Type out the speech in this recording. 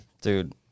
dude